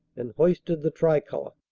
and hoisted the tricolor.